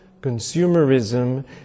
consumerism